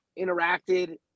interacted